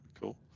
cool